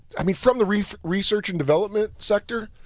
i mean from the research research and development sector,